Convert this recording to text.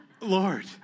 Lord